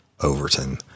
Overton